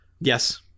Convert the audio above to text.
Yes